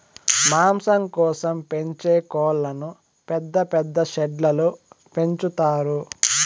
మాంసం కోసం పెంచే కోళ్ళను పెద్ద పెద్ద షెడ్లలో పెంచుతారు